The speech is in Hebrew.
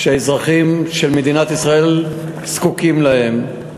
שהאזרחים של מדינת ישראל זקוקים לו.